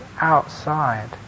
outside